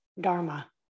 Dharma